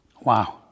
Wow